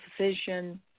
vision